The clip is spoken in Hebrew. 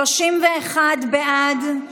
31 בעד, נגד,